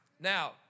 Now